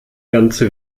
ganze